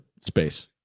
space